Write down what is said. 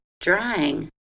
drying